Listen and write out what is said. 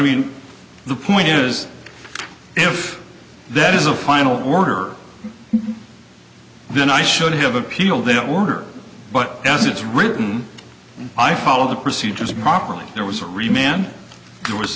we the point is if that is a final order then i should have appealed the order but as it's written i follow the procedures properly there was remember there was